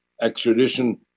extradition